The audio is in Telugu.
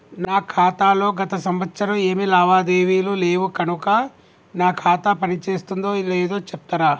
నా ఖాతా లో గత సంవత్సరం ఏమి లావాదేవీలు లేవు కనుక నా ఖాతా పని చేస్తుందో లేదో చెప్తరా?